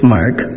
Mark